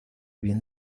bien